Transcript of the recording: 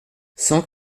cent